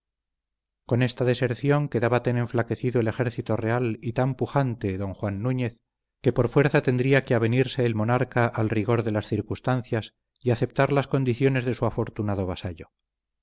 con esta deserción quedaba tan enflaquecido el ejército real y tan pujante don juan núñez que por fuerza tendría que avenirse el monarca al rigor de las circunstancias y aceptar las condiciones de su afortunado vasallo